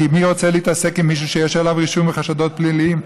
כי מי רוצה להתעסק עם מישהו שיש עליו רישום וחשדות פליליים?